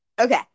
Okay